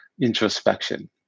introspection